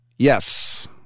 Yes